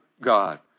God